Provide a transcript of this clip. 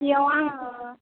बेयाव आङो